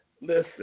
Listen